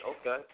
Okay